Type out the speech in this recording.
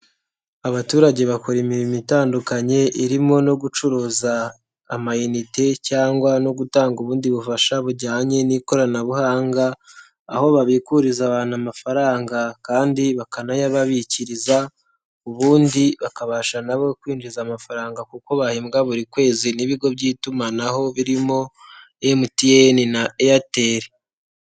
Abaturage bakora imirimo itandukanye irimo no gucuruza amayinite cyangwa no gutanga ubundi bufasha bujyanye n'ikoranabuhanga. Aho babikuriza abantu amafaranga kandi bakanayababikuriza ubundi bakabasha nabo kwinjiza amafaranga kuko bahembwa buri kwezi n'ibigo by'itumanaho birimo Mtn na Airtel.